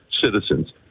citizens